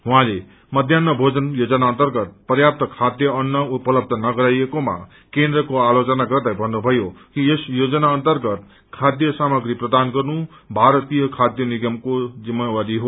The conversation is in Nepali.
उहाँले मध्यान्ह भोजन योजना अन्तर्गत पर्याप्त खाध्य अन्न उपलब्ध नगराइएकोमा केन्द्रको आलोचना गर्दै भन्नुभयो कि यस योजना अन्तर्गत खाध्य सामाग्री प्रदान गर्नु भारतीय खाध्य निगमको जिम्मेवारी हो